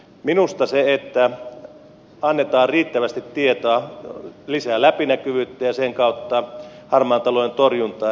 minusta se että annetaan riittävästi tietoa lisää läpinäkyvyyttä ja sen kautta harmaan talouden torjuntaa